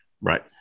right